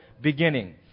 beginning